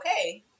Okay